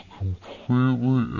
completely